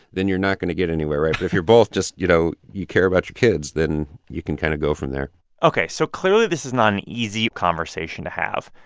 then you're not going to get anywhere, right? but if you're both just, you know, you care about your kids, then you can kind of go from there ok. so clearly this is not an easy conversation to have.